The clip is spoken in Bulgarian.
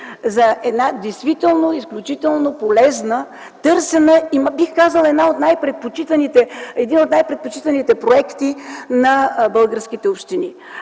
за един действително изключително полезен, търсен и бих казала, един от най-предпочитаните проекти на българските общини.